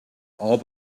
all